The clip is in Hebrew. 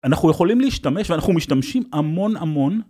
אנחנו יכולים להשתמש ואנחנו משתמשים המון המון